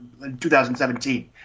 2017